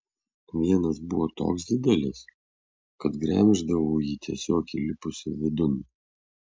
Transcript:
vienas buvo toks didelis kad gremždavau jį tiesiog įlipusi vidun